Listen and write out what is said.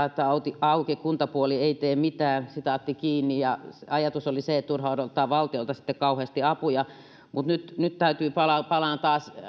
että kuntapuoli ei tee mitään ja ajatus oli se että turha odottaa valtiolta sitten kauheasti apuja nyt nyt palaan palaan